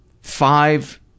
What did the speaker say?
five